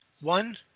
one